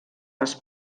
les